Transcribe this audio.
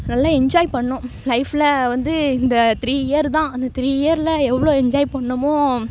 நல்லா என்ஜாய் பண்ணோம் லைஃப்பில் வந்து இந்த த்ரீ இயர் தான் அந்த த்ரீ இயரில் எவ்வளோ என்ஜாய் பண்ணோமோ